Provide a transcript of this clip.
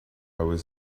was